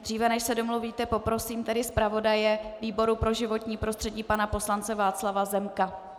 Dříve než se domluvíte, poprosím tedy zpravodaje výboru pro životní prostředí, pana poslance Václava Zemka.